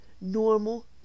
normal